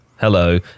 Hello